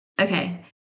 Okay